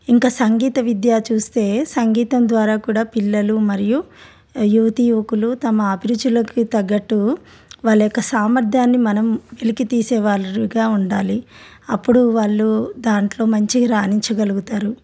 ఇంకా సంగీత విద్య చూస్తే సంగీతం ద్వారా కూడా పిల్లలు మరియు యువతీయువకులు తమ అభిరుచులకి తగ్గట్టు వాళ్ళ యొక్క సామర్థ్యాన్ని మనం వెలికి తీసేవాళ్ళగా ఉండాలి అప్పుడు వాళ్ళు దాంట్లో మంచి రాణించగలుగుతారు